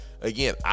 again